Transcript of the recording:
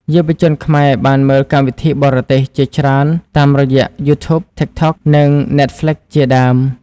យុវជនខ្មែរបានមើលកម្មវិធីបរទេសជាច្រើនតាមរយៈ YouTube, TikTok និង Netflixជាដើម។